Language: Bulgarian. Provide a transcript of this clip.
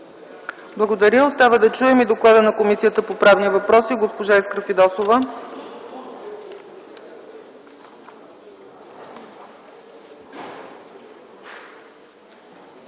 Благодаря. Остава да чуем и доклада на Комисията по правни въпроси. Госпожо Искра Фидосова.